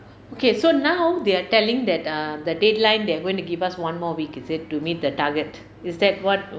okay so now they are telling that err the deadline they're going to give us one more week is it to meet the target is that what